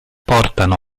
portano